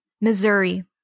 Missouri